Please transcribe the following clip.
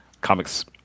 Comics